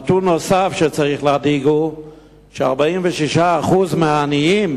נתון נוסף שצריך להדאיג הוא ש-46% מהעניים